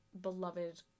beloved